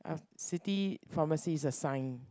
city pharmacy is a sign